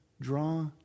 draw